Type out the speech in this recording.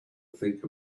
think